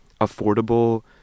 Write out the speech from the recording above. affordable